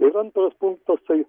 ir antras punktas tai